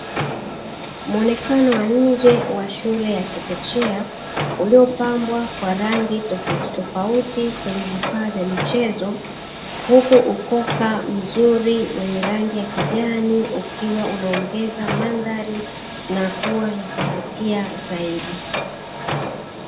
Muonekano wa nje wa shule ya chekechea, uliopambwa kwa rangi tofautitofauti kwenye vifaa vya michezo, huku ukoka mzuri wenye rangi ya kijani; ukiwa unaongeza mandhari na kuwa ya kuvutia zaidi.